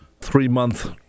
three-month